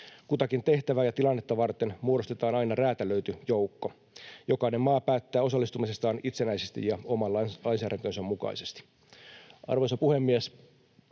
Kutakin tehtävää ja tilannetta varten muodostetaan aina räätälöity joukko. Jokainen maa päättää osallistumisestaan itsenäisesti ja oman lainsäädäntönsä mukaisesti. Arvoisa puhemies!